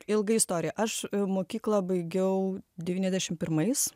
ilga istorija aš mokyklą baigiau devyniasdešimt pirmais